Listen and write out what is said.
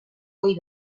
ohi